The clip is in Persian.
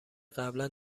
قبلا